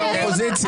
אתה רציני?